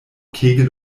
kegel